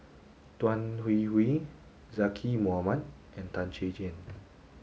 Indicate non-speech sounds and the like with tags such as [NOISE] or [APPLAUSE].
Tan Hwee Hwee Zaqy Mohamad and Tan Chay [UNINTELLIGIBLE]